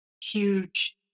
huge